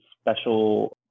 special